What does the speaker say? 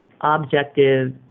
objective